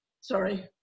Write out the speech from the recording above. Sorry